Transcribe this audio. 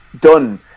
done